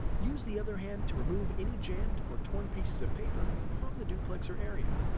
use the other hand to remove any jammed or torn pieces of paper from the duplexer area.